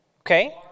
Okay